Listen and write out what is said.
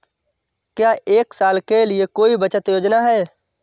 क्या एक साल के लिए कोई बचत योजना है?